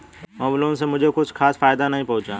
home loan से मुझे कुछ खास फायदा नहीं पहुंचा